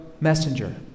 messenger